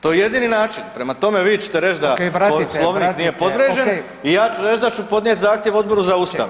To je jedini način, prema tome, vi ćete reć da Poslovnik nije povrijeđen, i ja ću reći da ću podnijet zahtjev Odboru za Ustav